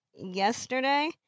yesterday